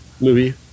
movie